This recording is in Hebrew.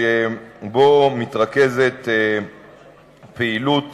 שבו מתרכזת פעילות